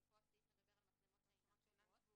ופה אנחנו מדברים על מצלמות שאינן קבועות,